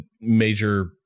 major